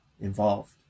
involved